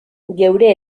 geure